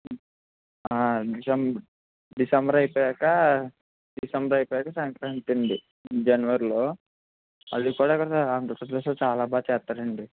Jan December అయిపోయాక December అయిపోయాక సంక్రాంతండి జనవరిలో అదికూడా అక్కడ ఆంద్రప్రదేశ్లో చాలా బాగా చేస్తారండి